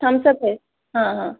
Thums up है हाँ हाँ